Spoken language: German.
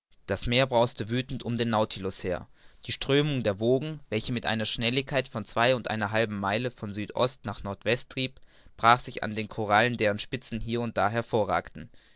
das meer brauste wüthend um den nautilus her die strömung der wogen welche mit einer schnelligkeit von zwei und einer halben meile von süd ost nach nord west trieb brach sich an den korallen deren spitzen hier und da hervorragten